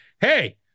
Hey